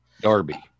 Darby